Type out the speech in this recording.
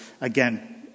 again